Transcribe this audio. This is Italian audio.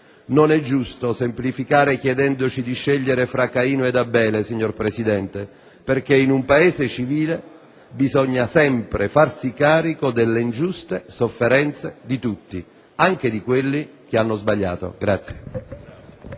Non è giusto semplificare chiedendoci di scegliere fra Caino ed Abele, signor Presidente, perché in un Paese civile bisogna sempre farsi carico delle ingiuste sofferenze di tutti, anche di quelli che hanno sbagliato.